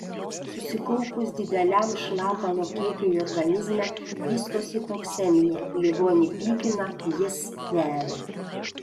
susikaupus dideliam šlapalo kiekiui organizme vystosi toksemija ligonį pykina jis vemia